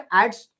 adds